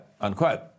unquote